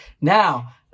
now